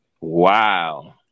Wow